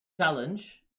challenge